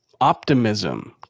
optimism